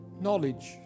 knowledge